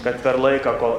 kad per laiką ko